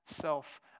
self